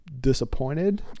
disappointed